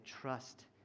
trust